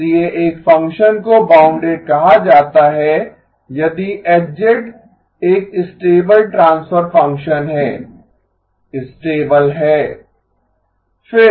इसलिए एक फ़ंक्शन को बाउन्डेड कहा जाता है यदि H एक स्टेबल ट्रांसफर फंक्शन है स्टेबल है